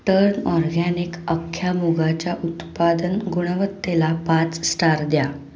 turn organic अख्ख्या मूगाच्या उत्पादन गुणवत्तेला पाच स्टार द्या